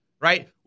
right